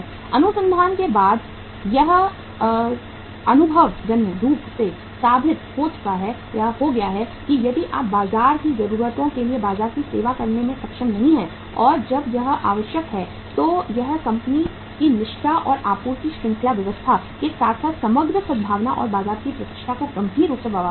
अनुसंधान के बाद यह अनुभवजन्य रूप से साबित हो गया है कि यदि आप बाजार की जरूरतों के लिए बाजार की सेवा करने में सक्षम नहीं हैं और जब यह आवश्यक है तो यह कंपनी की प्रतिष्ठा और आपूर्ति श्रृंखला व्यवस्था के साथ साथ समग्र सद्भावना और बाजार की प्रतिष्ठा को गंभीर रूप से प्रभावित करता है